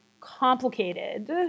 complicated